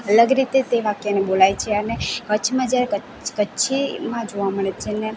અલગ રીતે તે વાક્યને બોલાય છે અને કચ્છમાં જ્યારે કચ્છીમાં જોવા મળે છે અને